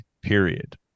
period